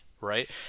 right